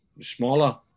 smaller